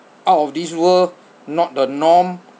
out of this world not the norm